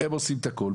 והם עושים את הכל,